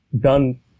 done